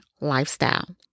lifestyle